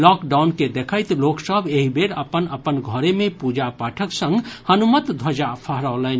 lockdown के देखैत लोकसभ एहि बेर अपन अपन घरे मे पूजा पाठक संग हनुमत ध्वजा फहरौलनि